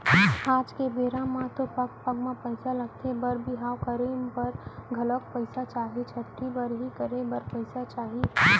आज के बेरा म तो पग पग म पइसा लगथे बर बिहाव करे बर घलौ पइसा चाही, छठ्ठी बरही करे बर पइसा चाही